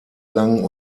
lang